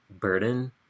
burden